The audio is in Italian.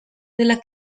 della